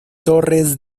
torres